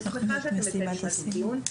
אני שמחה שאתם מקיימים על זה דיון.